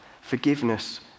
forgiveness